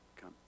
come